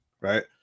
right